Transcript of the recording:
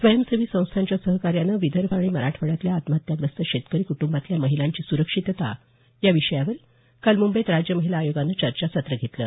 स्वयंसेवी संस्थांच्या सहकार्यानं विदर्भ आणि मराठवाड्यातल्या आत्महत्याग्रस्त शेतकरी क्टंबातल्या महिलांची सुरक्षितता या विषयावर काल मुंबईत राज्य महिला आयोगानं चर्चासत्र घेतलं